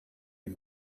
you